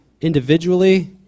individually